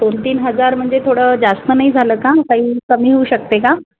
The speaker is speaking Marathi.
दोन तीन हजार म्हणजे थोडं जास्त नाही झालं का काही कमी होऊ शकते का